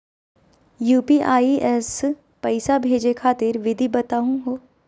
UPI स पैसा भेजै खातिर विधि बताहु हो?